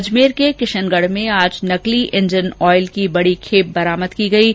अजमेर के किशनगढ में आज नकली इंजन ऑयल की बडी खेप बरामद की गई है